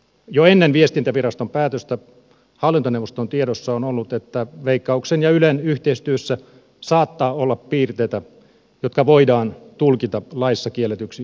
jo ennen viestintäviraston päätöstä hallintoneuvoston tiedossa on ollut että veikkauksen ja ylen yhteistyössä saattaa olla piirteitä jotka voidaan tulkita laissa kielletyksi sponsoroinniksi